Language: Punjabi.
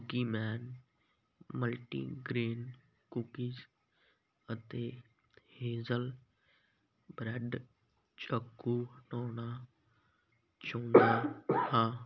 ਕੂਕੀਮੈਨ ਮਲਟੀਗ੍ਰੇਨ ਕੂਕੀਜ਼ ਅਤੇ ਹੇਜ਼ਲ ਬ੍ਰੈਡ ਚਾਕੂ ਹਟਾਉਣਾ ਚਾਹੁੰਦਾ ਹਾਂ